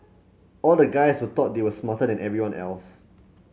all the guys were thought they were smarter than everyone else